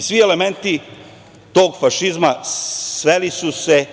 Svi elementi tog fašizma sveli su se